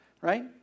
right